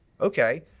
Okay